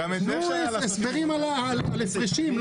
תנו הסברים על הפרשים.